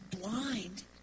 blind